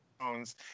phones